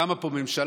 קמה פה ממשלה,